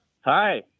Hi